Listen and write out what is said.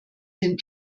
den